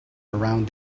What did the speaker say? around